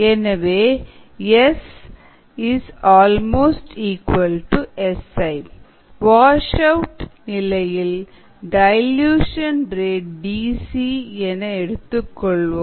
எனவே S Si wash out நிலையில் dilution rate DC என எடுத்துக்கொள்வோம்